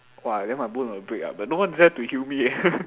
!wah! then my bone will break ah but no one dare to kill me eh